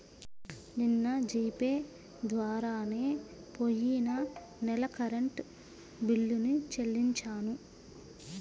నిన్న G pay ద్వారానే పొయ్యిన నెల కరెంట్ బిల్లుని చెల్లించాను